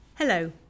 Hello